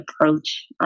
approach